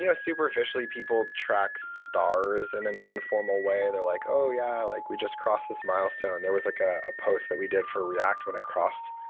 you know superficially, people track stars in an informal way. they're, like, oh, yeah. like we just crossed this milestone. there was like ah a post that we did for react when it crossed,